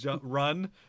run